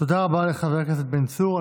תודה רבה לחבר הכנסת בן צור.